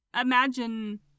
imagine